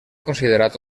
considerat